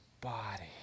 body